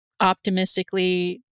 optimistically